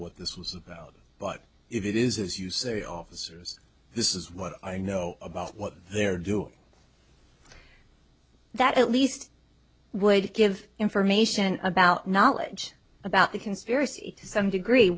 what this was about but if it is as you say officers this is what i know about what they're doing that at least would give information about knowledge about the conspiracy to some degree